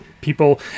people